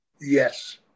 Yes